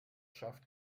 schafft